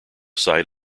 sight